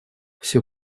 всё